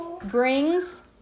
brings